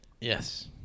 Yes